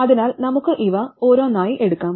അതിനാൽ നമുക്ക് ഇവ ഓരോന്നായി എടുക്കാം